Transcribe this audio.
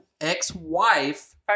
ex-wife